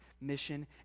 mission